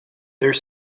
there